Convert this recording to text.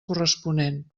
corresponent